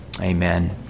Amen